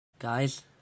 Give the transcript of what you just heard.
Guys